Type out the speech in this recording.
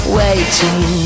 waiting